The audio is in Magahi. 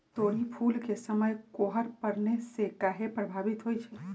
तोरी फुल के समय कोहर पड़ने से काहे पभवित होई छई?